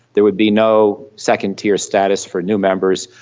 there would be no second-tier status for new members,